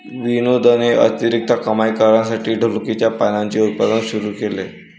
विनोदने अतिरिक्त कमाई करण्यासाठी ढोलकीच्या पानांचे उत्पादन सुरू केले